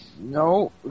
No